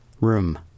room